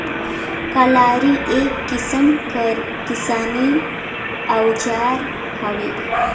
कलारी एक किसिम कर किसानी अउजार हवे